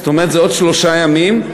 זאת אומרת, זה עוד שלושה ימים.